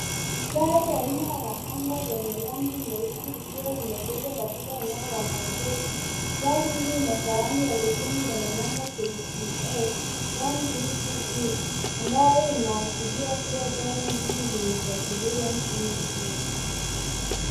Gari aina ya Honda lenye rangi nyeusi likiwa limeegeshwa katika eneo la maegeso. Gari hili lina sahani ya liseni enye namba KCH 132E ambayo inaashiria kuwa gari hili limezajiliwa injini Kenya.